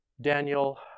Daniel